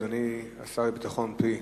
אדוני השר לביטחון פנים,